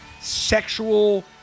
sexual